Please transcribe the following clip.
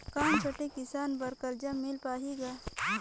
कौन छोटे किसान बर कर्जा मिल पाही ग?